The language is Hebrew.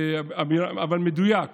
אבל מדויק,